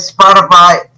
Spotify